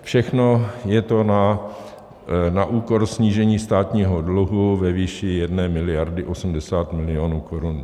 Všechno je to na úkor snížení státního dluhu ve výši 1 miliardy 80 milionů korun.